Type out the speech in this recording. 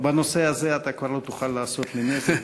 בנושא הזה אתה כבר לא תוכל לעשות לי נזק,